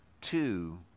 two